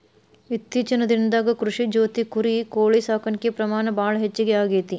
ಇತ್ತೇಚಿನ ದಿನದಾಗ ಕೃಷಿ ಜೊತಿ ಕುರಿ, ಕೋಳಿ ಸಾಕಾಣಿಕೆ ಪ್ರಮಾಣ ಭಾಳ ಹೆಚಗಿ ಆಗೆತಿ